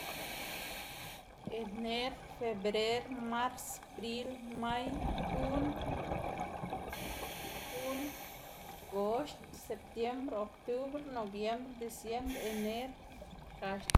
Ener febrer mars bril may jun jul goxd septiembr oktubr nobiembr disiembr ener